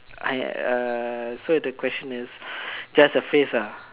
I uh so the question is just a phrase ah